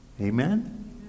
Amen